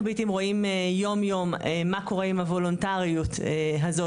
אנחנו בעיתים רואים יום יום מה קורה עם הוולונטריות הזאתי,